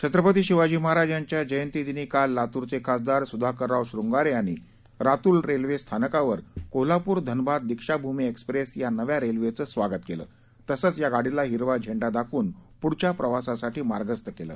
छत्रपती शिवाजी महाराज यांच्या जयंतीदिनी काल लातूरचे खासदार सुधाकरराव श्रंगारे यांनी लातूर रेल्वे स्थानकावर कोल्हापूर धनबाद दीक्षाभूमी एक्सप्रेस या नव्या रेल्वेचं स्वागत केलं तसंच गाडीला हिरवा झेंडा दाखवून पुढच्या प्रवासासाठी मार्गस्थ केलं